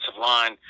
line